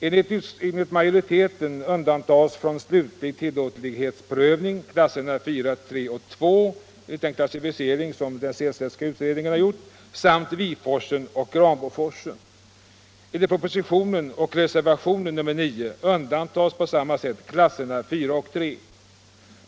Enligt majoriteten undantas från slutlig tillåtlighetsprövning klasserna 4, 3 och 2, enligt den klassificering som den Sehlstedtska utredningen gjort, samt Viforsen och Granboforsen. Enligt propositionen och reservationen undantas på samma sätt klasserna 4 och 3.